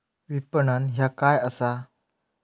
विपणन ह्या काय असा?